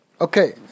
okay